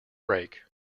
break